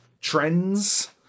trends